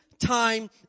time